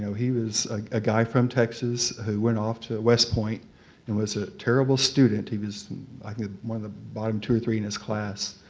he was a guy from texas who went off to west point and was a terrible student. he was i mean one of the bottom two or three in his class.